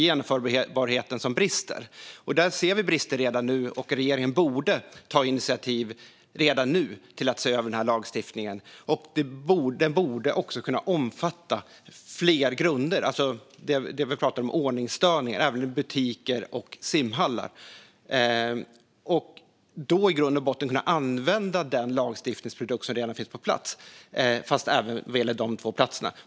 Eftersom vi redan nu ser brister borde regeringen ta initiativ till att se över lagstiftningen, och den borde också kunna omfatta ordningsstörningar i butiker och simhallar. Man borde alltså kunna använda den lagstiftning som redan finns på plats och inkludera även dessa verksamheter.